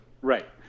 Right